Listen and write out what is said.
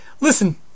listen